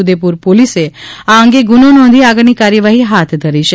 ઉદેપુર પોલીસે આ અંગે ગુનો નોંધીને આગળની કાર્યવાહી હાથ ધરી છે